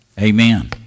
amen